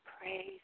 praise